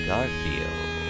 Garfield